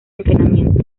entrenamiento